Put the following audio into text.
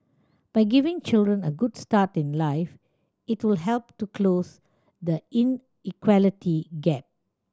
by giving children a good start in life it will help to close the inequality gap